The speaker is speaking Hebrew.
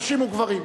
נשים וגברים,